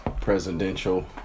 presidential